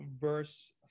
verse